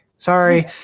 Sorry